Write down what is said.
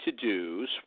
to-dos